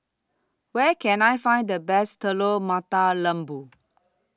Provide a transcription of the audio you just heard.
Where Can I Find The Best Telur Mata Lembu